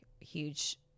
huge